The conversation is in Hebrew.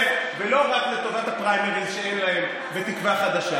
ולא רק לטובת הפריימריז שאין להם בתקווה חדשה.